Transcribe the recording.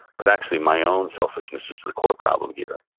but actually my own selfishness is the the core problem here.